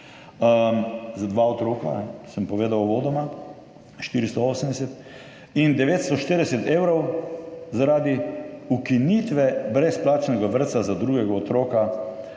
za dva otroka, sem povedal uvodoma, 480, in 940 evrov zaradi ukinitve brezplačnega vrtca za drugega otroka,